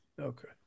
Okay